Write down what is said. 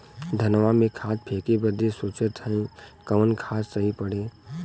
धनवा में खाद फेंके बदे सोचत हैन कवन खाद सही पड़े?